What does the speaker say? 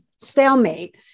stalemate